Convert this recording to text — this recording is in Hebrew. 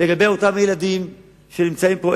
לגבי אותם ילדים שנמצאים פה,